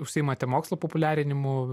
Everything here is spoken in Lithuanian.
užsiimate mokslo populiarinimu